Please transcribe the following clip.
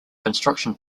construction